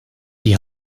die